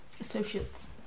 associates